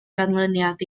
ganlyniad